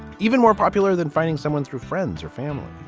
even more popular than finding someone through friends or family.